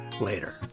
later